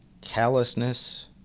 callousness